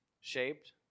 shaped